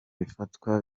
bifatwa